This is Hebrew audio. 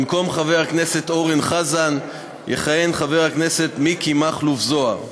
במקום חבר הכנסת אורן אסף חזן יכהן חבר הכנסת מכלוף מיקי זוהר.